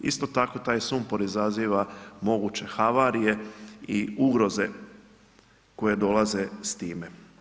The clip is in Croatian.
Isto tako taj sumpor izaziva moguće havarije i ugroze koje dolaze s time.